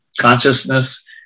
consciousness